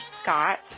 Scott